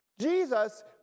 Jesus